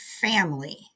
family